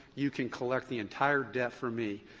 you can collect the entire debt from me,